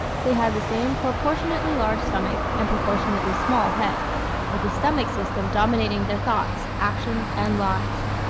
they have the same proportionately large stomach and proportionately small head with the stomach-system dominating their thoughts, actions and lives.